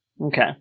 Okay